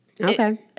Okay